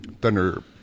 Thunder